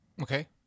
Okay